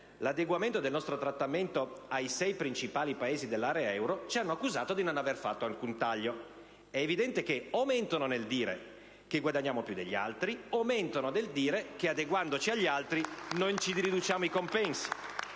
l'adeguamento del nostro trattamento ai sei principali Paesi dell'area euro, ci hanno accusato di non aver fatto alcun taglio. È evidente che o mentono nel dire che guadagniamo più degli altri o mentono nel dire che adeguandoci agli altri non ci riduciamo i compensi.